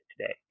today